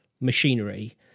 machinery